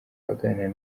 aganira